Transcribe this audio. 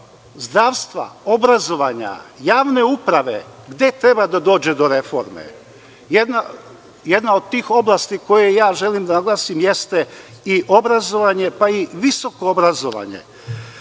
zdravstva, obrazovanja, javne uprave i gde treba da dođe do reforme. Jedna od oblasti koje ja želim da naglasim jeste i obrazovanje pa i visoko obrazovanje.